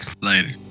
Later